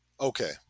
Okay